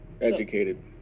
educated